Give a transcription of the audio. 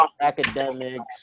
academics